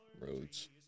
roads